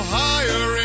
higher